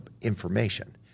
information